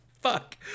Fuck